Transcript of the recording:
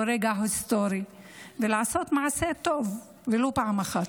רגע היסטורי ולעשות מעשה טוב ולו פעם אחת.